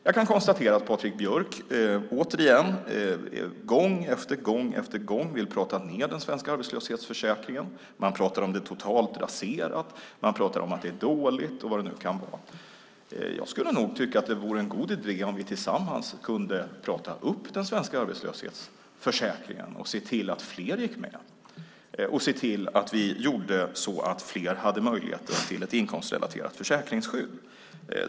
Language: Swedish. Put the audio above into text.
Jag kan konstatera att Patrik Björck gång efter gång vill prata ned den svenska arbetslöshetsförsäkringen. Han pratar om att den är totalt raserad. Han pratar om att den är dålig och vad det nu kan vara. Jag skulle nog tycka att det var en god idé om vi tillsammans kunde prata upp den svenska arbetslöshetsförsäkringen och se till att fler gick med, om vi kunde se till att göra så att fler hade möjlighet till ett inkomstrelaterat försäkringsskydd.